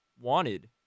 wanted